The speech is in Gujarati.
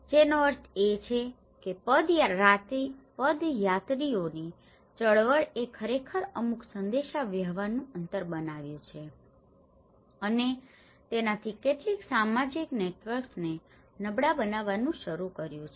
જેનો અર્થ એ છે કે પદયાત્રીઓની ચળવળએ ખરેખર અમુક સંદેશાવ્યવહારનું અંતર બનાવ્યું છે અને તેનાથી કેટલાક સામાજિક નેટવર્ક્સને નબળા બનાવવાનું શરૂ થયું છે